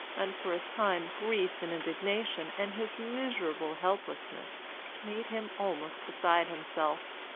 and for a time grief and indignation and his miserable helplessness made him almost beside himself.